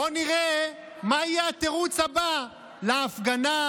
בואו נראה מה יהיה התירוץ הבא להפגנה,